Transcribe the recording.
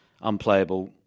unplayable